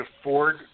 afford